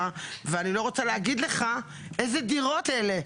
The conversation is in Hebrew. ואני לא רוצה להגיד לך איזה דירות אלה,